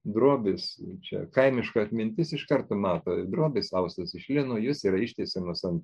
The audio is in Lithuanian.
drobės čia kaimiška atmintis iš karto mato drobės austos iš lino jos yra ištiesiamos ant